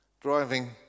driving